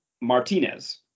Martinez